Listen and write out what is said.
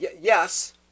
Yes